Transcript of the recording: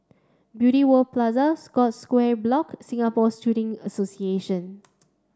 Beauty World Plaza Scotts Square Block Singapore Shooting Association